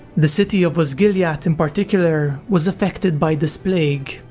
the city of osgiliath in particular was affected by this plague,